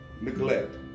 neglect